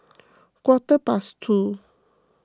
quarter past two